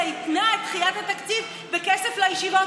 התנה את דחיית התקציב בכסף לישיבות,